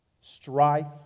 strife